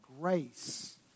grace